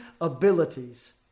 abilities